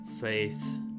faith